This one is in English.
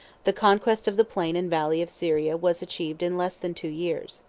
the conquest of the plain and valley of syria was achieved in less than two years.